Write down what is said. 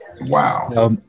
Wow